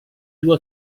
due